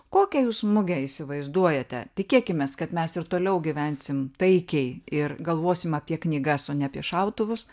kokią jūs mugę įsivaizduojate tikėkimės kad mes ir toliau gyvensim taikiai ir galvosim apie knygas o ne apie šautuvus